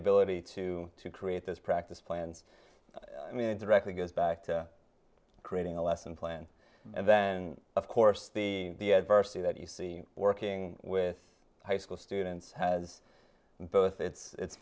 ability to create this practice plan i mean it directly goes back to creating a lesson plan and then of course the the adversity that you see working with high school students has both its